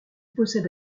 possède